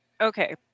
Okay